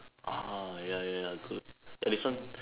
ah ya ya ya good eh this one